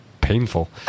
painful